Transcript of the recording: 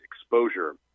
exposure